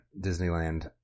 Disneyland